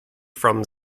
from